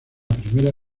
primera